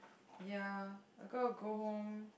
ya I'm gonna go home